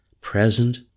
present